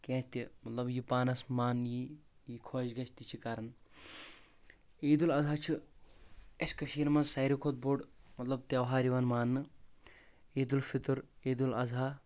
کینٛہہ تہِ مطلب یہِ پانس من یِیہِ یہِ خۄش گژھہِ تہِ چھِ کران عید الاضحی چھِ اسہِ کٔشیر منٛز ساروی کھۄتہٕ بوٚڑ مطلب تیہوار یِوان ماننہٕ عید الفطر عید الاضحی